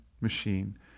machine